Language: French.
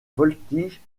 voltige